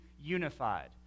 unified